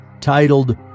titled